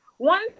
One